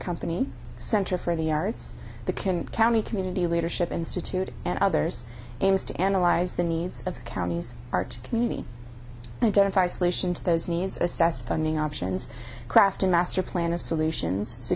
company center for the arts the kim county community leadership institute and others aims to analyze the needs of counties art community identify solution to those needs assess funding options craft a master plan of solutions to